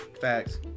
Facts